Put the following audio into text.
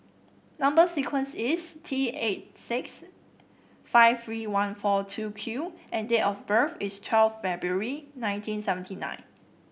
number sequence is T eight six five three one four two Q and date of birth is twelve February nineteen seventy nine